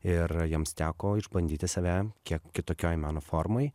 ir jiems teko išbandyti save kiek kitokioj meno formoj